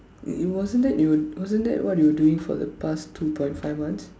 it it wasn't that your wasn't that what you're doing for the past two point five months